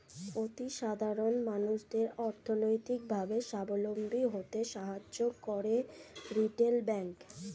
অতি সাধারণ মানুষদের অর্থনৈতিক ভাবে সাবলম্বী হতে সাহায্য করে রিটেল ব্যাংক